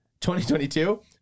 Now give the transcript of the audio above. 2022